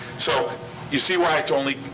so you see why it's only,